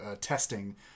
testing